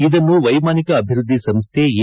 ಇದನ್ನು ವೈಮಾನಿಕ ಅಭಿವೃದ್ಧಿ ಸಂಸ್ಥೆ ಎ